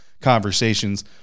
conversations